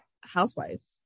Housewives